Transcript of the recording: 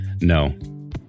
No